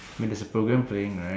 but there's a programme playing right